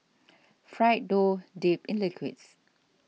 fried dough dipped in liquids